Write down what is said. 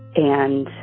and